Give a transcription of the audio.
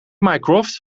mycroft